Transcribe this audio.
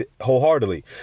wholeheartedly